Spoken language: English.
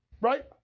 right